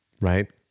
right